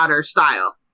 style